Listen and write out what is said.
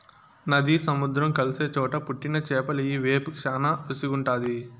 నది, సముద్రం కలిసే చోట పుట్టిన చేపలియ్యి వేపుకు శానా రుసిగుంటాది